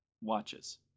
Watches